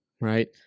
right